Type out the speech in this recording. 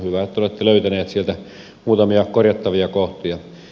hyvä että olette löytäneet sieltä muutamia korjattavia kohtia